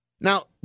Now